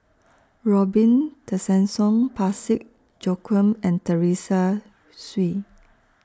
Robin Tessensohn Parsick Joaquim and Teresa Hsu